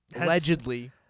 allegedly